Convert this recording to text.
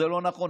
זה לא נכון,